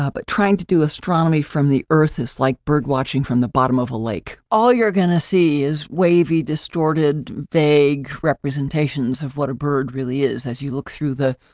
ah but trying to do astronomy from the earth is like birdwatch, and from the bottom of a lake, all you're gonna see is wavy, distorted, vague representations of what a bird really is, as you look through the,